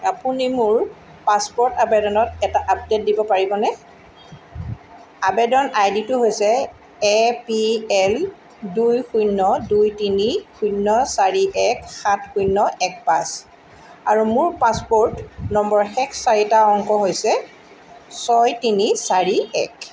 আপুনি মোৰ পাছপ'ৰ্ট আবেদনত এটা আপডেট দিব পাৰিবনে আৱেদন আইডিটো হৈছে এ পি এল দুই শূণ্য দুই তিনি শূণ্য চাৰি এক সাত শূণ্য এক পাঁচ আৰু মোৰ পাছপ'ৰ্ট নম্বৰ শেষৰ চাৰিটা অংক হৈছে ছয় তিনি চাৰি এক